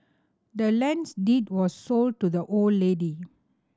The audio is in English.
the land's deed was sold to the old lady